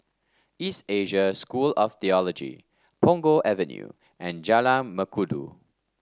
East Asia School of Theology Punggol Avenue and Jalan Mengkudu